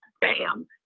bam